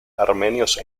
armenios